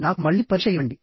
నాకు మళ్లీ పరీక్ష ఇవ్వండి